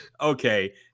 okay